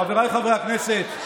חבריי חברי הכנסת,